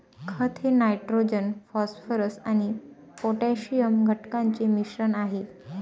खत हे nitrogen phosphorus आणि पोटॅशियम घटकांचे मिश्रण आहे